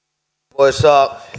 arvoisa